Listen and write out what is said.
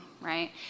right